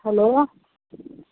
hello